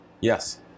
Yes